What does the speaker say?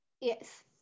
Yes